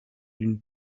d’une